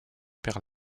père